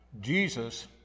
Jesus